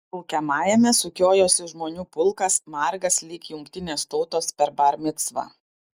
laukiamajame sukiojosi žmonių pulkas margas lyg jungtinės tautos per bar micvą